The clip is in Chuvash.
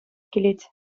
килет